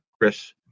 chris